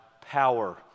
power